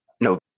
No